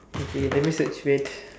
okay let me search wait